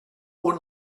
own